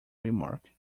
remark